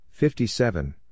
57